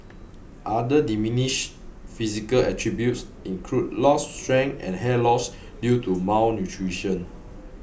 other diminished physical attributes include lost strength and hair loss due to malnutrition